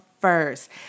first